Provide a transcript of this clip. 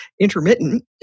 intermittent